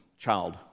child